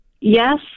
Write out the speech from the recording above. Yes